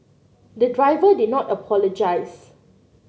the driver did not apologise